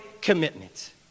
commitment